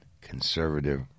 conservative